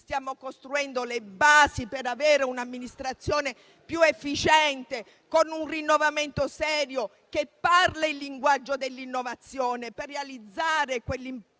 stiamo costruendo le basi per avere un'amministrazione più efficiente, con un rinnovamento serio che parli il linguaggio dell'innovazione, per realizzare quell'ambizioso